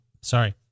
sorry